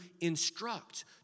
instruct